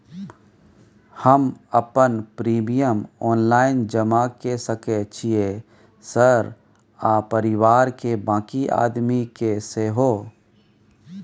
हम अपन premium online जमा के सके छियै सर आ परिवार के बाँकी आदमी के सेहो?